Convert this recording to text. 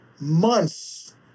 months